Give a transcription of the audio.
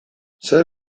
zer